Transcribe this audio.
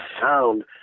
sound